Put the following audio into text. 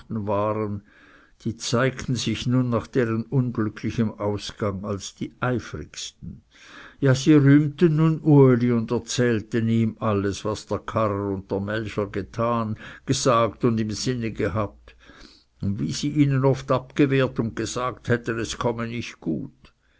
waren die zeigten sich nun nach deren unglücklichem ausgang als die eifrigsten ja sie rühmten nun uli und erzählten ihm alles was der karrer und der melcher getan gesagt und im sinn gehabt und wie sie ihnen oft abgewehrt und gesagt hätten es komme nicht gut